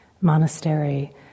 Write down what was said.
Monastery